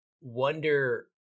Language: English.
wonder